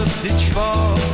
pitchfork